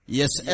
Yes